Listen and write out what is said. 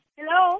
Hello